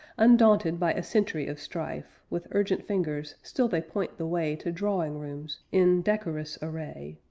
undaunted by a century of strife, with urgent fingers still they point the way to drawing rooms, in decorous array,